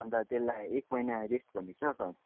अन्त त्यसलाई एक महिना रेस्ट भनेको छ हौ तर